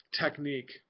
technique